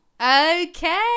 Okay